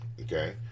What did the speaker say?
okay